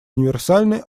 универсальны